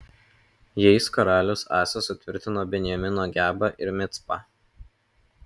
jais karalius asa sutvirtino benjamino gebą ir micpą